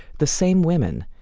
the same women,